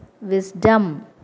wisdom